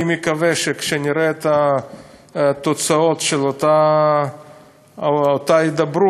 אני מקווה שכשנראה את התוצאות של אותה הידברות,